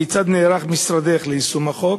כיצד נערך משרדך ליישום החוק?